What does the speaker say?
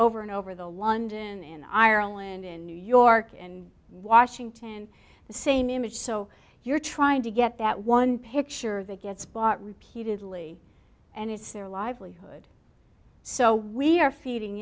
over and over the london in ireland in new york and washington the same image so you're trying to get that one picture that gets bought repeatedly and it's their livelihood so we are feeding